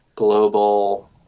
global